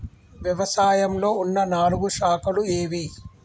వ్యవసాయంలో ఉన్న నాలుగు శాఖలు ఏవి?